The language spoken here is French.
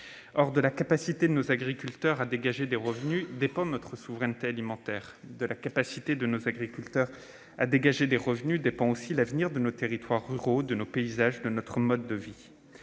! De la capacité de nos agriculteurs à dégager des revenus dépend notre souveraineté alimentaire. De cette capacité dépend aussi l'avenir de nos territoires ruraux, de nos paysages, de notre mode de vie.